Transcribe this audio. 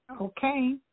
Okay